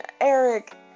Eric